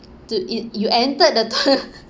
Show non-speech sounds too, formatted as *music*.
to i~ you entered the toi~ *laughs*